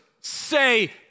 say